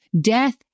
Death